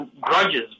grudges